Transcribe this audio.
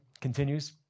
continues